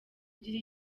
ugira